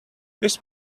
this